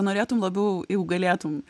norėtum labiau jeigu galėtum